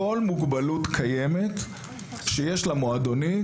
כל מוגבלות קיימת שיש לה מועדונית,